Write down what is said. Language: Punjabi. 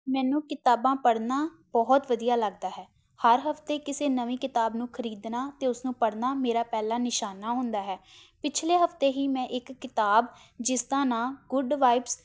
ਮੈਨੂੰ ਕਿਤਾਬਾਂ ਪੜ੍ਹਨਾ ਬਹੁਤ ਵਧੀਆ ਲੱਗਦਾ ਹੈ ਹਰ ਹਫ਼ਤੇ ਕਿਸੇ ਨਵੀਂ ਕਿਤਾਬ ਨੂੰ ਖਰੀਦਣਾ ਅਤੇ ਉਸਨੂੰ ਪੜ੍ਹਨਾ ਮੇਰਾ ਪਹਿਲਾ ਨਿਸ਼ਾਨਾ ਹੁੰਦਾ ਹੈ ਪਿਛਲੇ ਹਫ਼ਤੇ ਹੀ ਮੈਂ ਇੱਕ ਕਿਤਾਬ ਜਿਸਦਾ ਨਾਂ ਗੁਡ ਵਾਈਬਸ